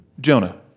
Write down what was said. Jonah